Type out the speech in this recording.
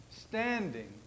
standing